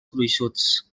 gruixuts